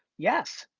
yes.